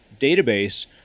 database